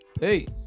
peace